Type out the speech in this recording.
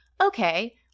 okay